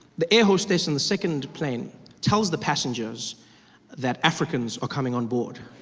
the air hostess on the second plane tells the passengers that africans are coming on board.